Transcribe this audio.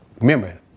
Remember